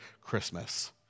Christmas